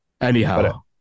Anyhow